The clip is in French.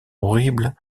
horribles